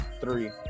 three